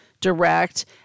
direct